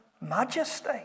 majesty